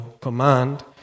command